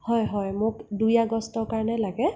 হয় হয় মোক দুই আগষ্টৰ কাৰণে লাগে